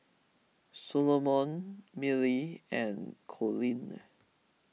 Salomon Millie and Coleen